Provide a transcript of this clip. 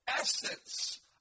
essence